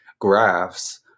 graphs